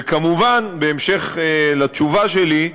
וכמובן, בהמשך לתשובה שלי,